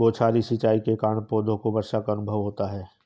बौछारी सिंचाई के कारण पौधों को वर्षा का अनुभव होता है